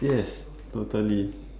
yes totally